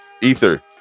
Ether